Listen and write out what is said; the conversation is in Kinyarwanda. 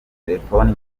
telefone